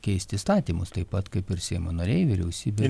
keisti įstatymus taip pat kaip ir seimo nariai vyriausybė